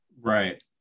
right